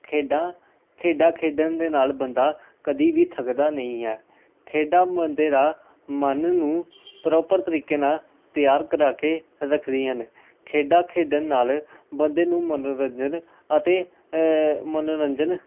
ਖੇਡਾਂ ਖੇਡਾਂ ਖੇਡਣ ਦੇ ਨਾਲ ਬੰਦਾ ਕਦੇ ਵੀ ਥੱਕਦਾ ਨਹੀਂ ਹੈ ਖੇਡਾਂ ਮਨ ਦੇ ਰਾਹ ਮਨ ਨੂੰ ਪ੍ਰੋਪਰ ਤਰੀਕੇ ਨਾਲ ਤਿਆਰ ਕਰਾ ਕੇ ਰੱਖਦੀਆਂ ਹਨ ਖੇਡਾਂ ਖੇਡਣ ਨਾਲ ਬੰਦੇ ਨੂੰ ਮਨੋਰੰਜਨ ਅਤੇ ਮਨੋਰੰਜਨ